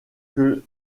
que